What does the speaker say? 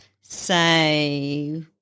say